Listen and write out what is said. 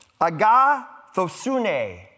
Agathosune